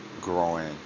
growing